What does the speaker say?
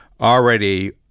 already